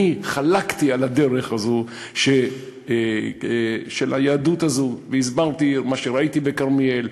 אני חלקתי על הדרך של היהדות הזאת והסברתי מה שראיתי בכרמיאל.